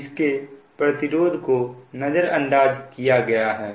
इसके प्रतिरोध को नजरअंदाज किया गया है